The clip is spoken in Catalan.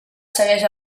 segueix